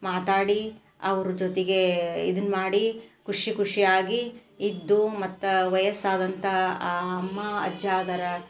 ಮಾತಾಡಿ ಅವ್ರ ಜೊತಿಗೆ ಇದನ್ನು ಮಾಡಿ ಖುಷಿ ಖುಷಿ ಆಗಿ ಇದ್ದು ಮತ್ತೆ ವಯಸ್ಸಾದಂತ ಆ ಅಮ್ಮ ಅಜ್ಜ ಇದಾರ